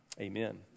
amen